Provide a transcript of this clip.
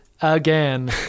again